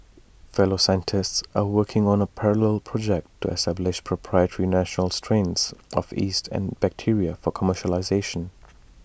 fellow scientists are working on A parallel project to establish proprietary national strains of yeast and bacteria for commercialisation